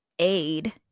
aid